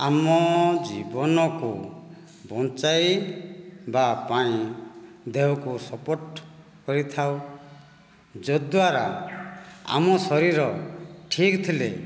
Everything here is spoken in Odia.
ଆମ ଜୀବନକୁ ବଞ୍ଚାଇବା ପାଇଁ ଦେହକୁ ସପୋର୍ଟ କରିଥାଉ ଯଦ୍ୱାରା ଆମ ଶରୀର ଠିକ ଥିଲେ